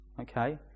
okay